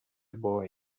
boy